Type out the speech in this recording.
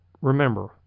remember